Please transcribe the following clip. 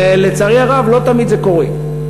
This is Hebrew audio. ולצערי הרב לא תמיד זה קורה,